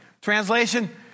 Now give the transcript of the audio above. Translation